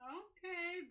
okay